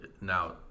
Now